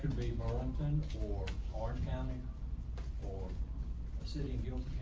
be burlington or our county or city and guilds